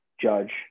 Judge